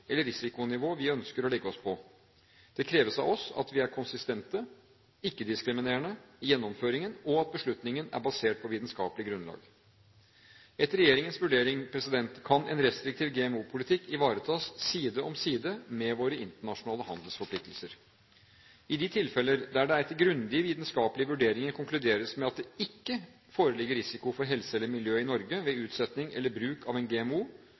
eller risikonivå vi ønsker å legge oss på. Det kreves av oss at vi er konsistente, ikke-diskriminerende i gjennomføringen, og at beslutningen er basert på vitenskapelig grunnlag. Etter regjeringens vurdering kan en restriktiv GMO-politikk ivaretas side om side med våre internasjonale handelsforpliktelser. I de tilfeller der det etter grundige vitenskapelige vurderinger konkluderes med at det ikke foreligger risiko for helse eller miljø i Norge ved utsetting eller bruk av en GMO,